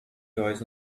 toys